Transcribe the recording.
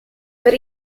per